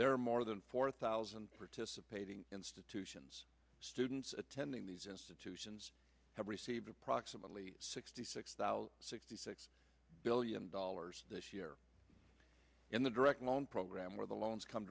there are more than four thousand participating institutions students attending these institutions have received approximately sixty six thousand sixty six billion dollars this year in the direct loan program where the loans come